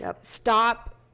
stop